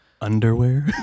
underwear